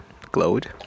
glowed